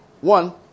One